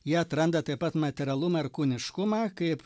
jie atranda taip pat materialumą ir kūniškumą kaip